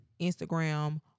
Instagram